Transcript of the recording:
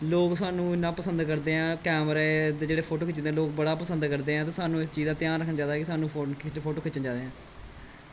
लोक सानूं इन्ना पसंद करदे ऐ कैमरे ते जेह्ड़े फोटो खिचदे लोक बड़ा पसंद करदे ऐ ते सानूं इस चीज़ दा ध्यान रक्खना चाहिदा कि सानूं फोटो खिच्चने चाहिदे ऐ